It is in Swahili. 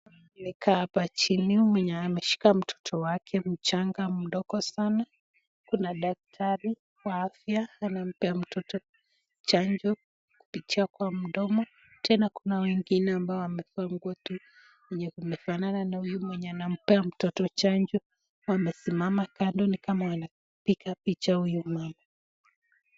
Mama amekaa hapa chini mwenye ameshika mtoto wake mchanga mdogo sana, kuna daktari wa afya nampea mtoto chanjo kupitia kwa mdomo, tena kuna wengine wana wamevaa nguo wenye wanafanana na huyu ambaye anampea mtoto chanjo, wamesimama kando ni kama wanapiga picha huyu meno.